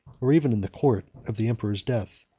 or even in the court, of the emperor's death.